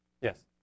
Yes